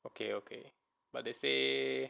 okay okay but they say